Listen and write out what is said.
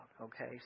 okay